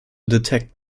detect